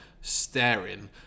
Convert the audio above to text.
staring